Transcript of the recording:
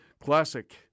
Classic